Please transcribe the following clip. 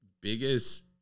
biggest